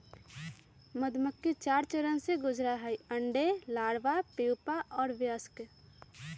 मधुमक्खिवन चार चरण से गुजरा हई अंडे, लार्वा, प्यूपा और वयस्क